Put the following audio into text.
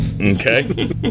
Okay